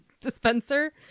dispenser